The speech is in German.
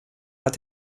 hat